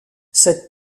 cette